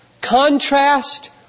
contrast